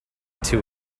two